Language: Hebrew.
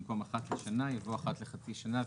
במקום "אחת לשנה" יבוא "אחת לחצי שנה".